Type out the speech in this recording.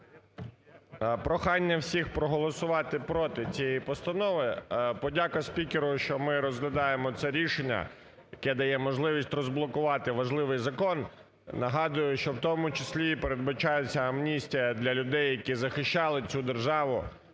Прохання всіх проголосувати проти цієї постанови. Подяка спікеру, що ми розглядаємо це рішення, яке дає можливість розблокувати важливий закон. Нагадую, що у тому числі передбачається амністія для людей, які захищали цю державу,